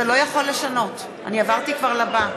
אתה לא יכול לשנות, אני עברתי כבר לבא.